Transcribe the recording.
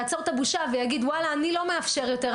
יעצור את הבושה ויגיד אני לא מאפשר יותר,